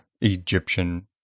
Egyptian